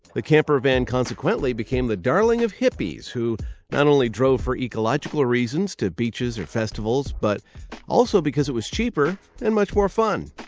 the camper van consequently became the darling of hippies, who not only drove for ecological reasons to beaches or festivals, but also because it was cheaper and much more fun.